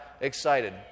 excited